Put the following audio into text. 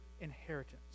inheritance